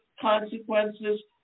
consequences